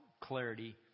clarity